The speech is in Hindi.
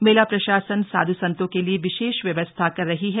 मेला प्रशासन साधु संतों के लिए विशेष व्यवस्था कर रही है